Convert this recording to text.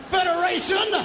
Federation